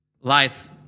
lights